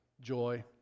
joy